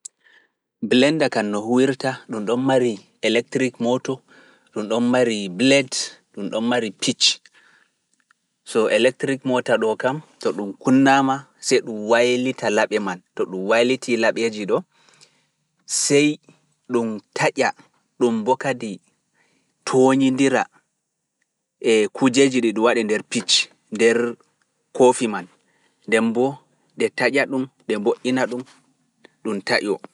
Leɗɗe ƴakirɗe e ɗe mari nafu ɗungu arande ta naftira e leɗɗe ƴakirɗe a taayatako kadi a watta ka itta wattuuji gaɗa ka yawɗa longere nde njiɗɗa ƴakka ndembo laaɓi kam ma a hutiniraki a ƴakkiraki a jongiraki a taƴay to njiɗɗa ƴakka.